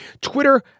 Twitter